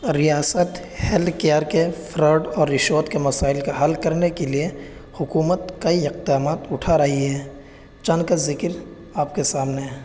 ریاست health care کے fraud اور رشوت کے مسائل کا حل کرنے کے لیے حکومت کئی اقدامات اٹھا رہی ہے چند کا ذکر آپ کے سامنے ہے